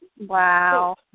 Wow